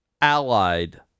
allied